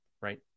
right